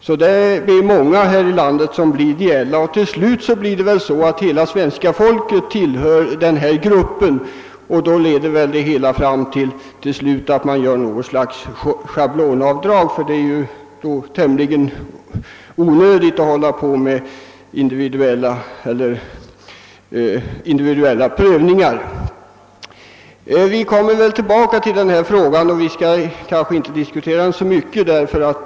Det är säkert många här i landet, som blir ideella, och till slut blir det väl så att hela svenska folket tillhör denna grupp. Då leder det hela förmodligen fram till att man gör ett slags schablonavdrag, ty det blir tämligen onödigt att fortsätta med individuella prövningar. Vi kommer tillbaka till denna fråga senare i år, och vi bör kanske inte diskutera den så mycket vid detta tillfälle.